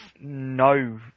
no